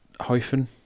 hyphen